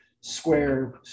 square